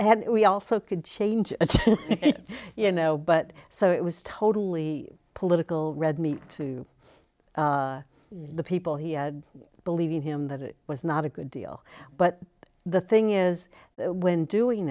and we also could change you know but so it was totally political red meat to the people he had believed in him that it was not a good deal but the thing is when doing